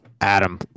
Adam